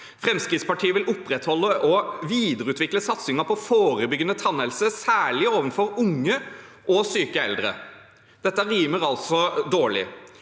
Fremskrittspartiet vil «opprettholde og videreutvikle satsingen på forebyggende tannhelse, særlig overfor unge og syke eldre». Dette rimer altså dårlig.